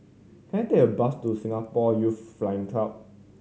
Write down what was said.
can I take a bus to Singapore Youth Flying Club